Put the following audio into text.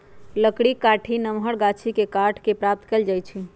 लकड़ी काठी नमहर गाछि के काट कऽ प्राप्त कएल जाइ छइ